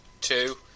two